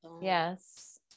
yes